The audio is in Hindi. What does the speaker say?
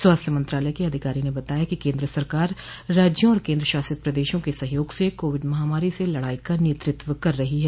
स्वास्थ्य मंत्रालय के अधिकारी ने न बताया कि केन्द्र सरकार राज्यों और केन्द्रशासित प्रदेशों के सहयोग से कोविड महामारी से लड़ाई का नेतृत्व कर रही है